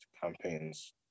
campaigns